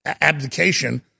abdication